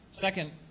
Second